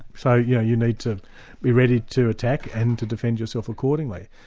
so yeah you need to be ready to attack and to defend yourself accordingly.